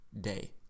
day